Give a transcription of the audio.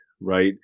right